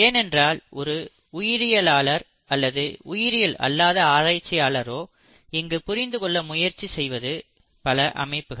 ஏனென்றால் ஒரு உயிரியலாளர் அல்லது உயிரியல் அல்லாத ஆராய்ச்சியாளரோ இங்கு புரிந்துகொள்ள முயற்சி செய்வது பல அமைப்புகள்